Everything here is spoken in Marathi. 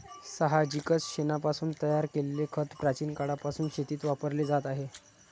साहजिकच शेणापासून तयार केलेले खत प्राचीन काळापासून शेतीत वापरले जात आहे